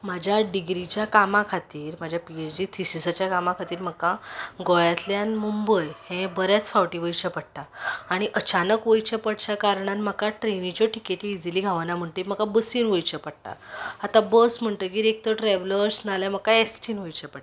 म्हज्या डिग्रीच्या कामा खातीर म्हज्या पी एच डी थिसीसाच्या कामा खातीर म्हाका गोंयातल्या मुंबय हें बरेंच फावटी वयचें पडटा आनी अचानक वयचें पडचें कारणान म्हाका ट्रेनीच्यो टिकेटी इजिली गावना म्हणटकी म्हाका बसीन वयचें पडटा आतां बस म्हणटगीर एक तर म्हाका ट्रेवलरस नाल्यार म्हाका एसटीन वयचे पडटा